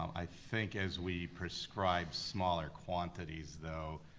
i think as we prescribe smaller quantities, though,